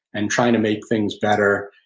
and trying to make things better,